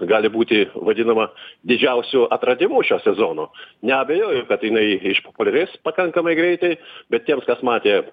gali būti vadinama didžiausiu atradimu šio sezono neabejoju kad jinai išpopuliarės pakankamai greitai bet tiems kas matė